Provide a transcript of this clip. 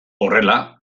horrela